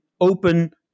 open